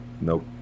Nope